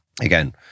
Again